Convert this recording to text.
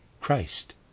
Christ